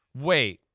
wait